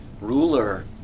Ruler